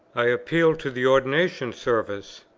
i appealed to the ordination service,